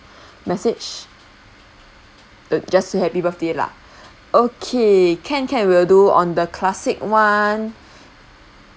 message uh just say happy birthday lah okay can can will do on the classic [one]